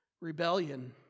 rebellion